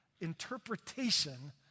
interpretation